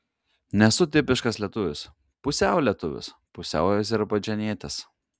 nesu tipiškas lietuvis pusiau lietuvis pusiau azerbaidžanietis